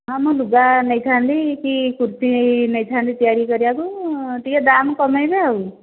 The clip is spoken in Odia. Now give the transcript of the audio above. ହଁ ମୁଁ ଲୁଗା ନେଇଥାନ୍ତି କି କୁର୍ତି ନେଇଥାନ୍ତି ତିଆରି କରିବାକୁ ଟିକିଏ ଦାମ୍ କମେଇବେ ଆଉ